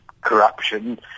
corruption